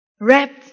wrapped